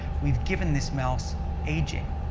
we've given this mouse aging.